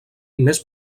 més